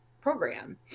program